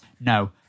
No